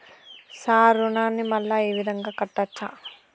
Sir రుణాన్ని మళ్ళా ఈ విధంగా కట్టచ్చా?